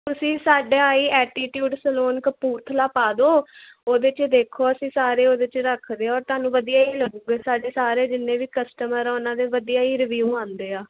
ਤੁਸੀਂ ਸਾਡੇ I attitude salon Kapurthala ਪਾ ਦਿਓ ਉਹਦੇ 'ਚ ਦੇਖੋ ਅਸੀਂ ਸਾਰੇ ਉਹਦੇ 'ਚ ਰੱਖਦੇ ਆ ਔਰ ਤੁਹਾਨੂੰ ਵਧੀਆ ਹੀ ਲੱਗੂਗਾ ਸਾਡੇ ਸਾਰੇ ਜਿੰਨੇ ਵੀ ਕਸਟਮਰ ਆ ਉਹਨਾਂ ਦੇ ਵਧੀਆ ਹੀ ਰਿਵਿਊ ਆਉਂਦੇ ਆ